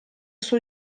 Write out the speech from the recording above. suo